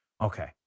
Okay